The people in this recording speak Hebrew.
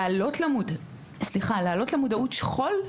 להעלות למודעות שכול.